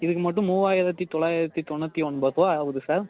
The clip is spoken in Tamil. இதுக்கு மட்டும் மூவாயிரத்தி தொள்ளாயிரத்தி தொண்ணூற்றி ஒன்பது ரூபாய் ஆகுது சார்